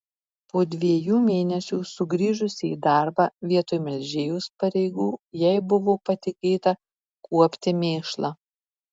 po dviejų mėnesių sugrįžusi į darbą vietoj melžėjos pareigų jai buvo patikėta kuopti mėšlą